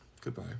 Goodbye